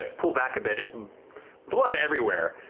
pull back a bit, its blood everywhere,